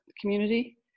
community